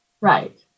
right